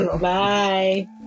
Bye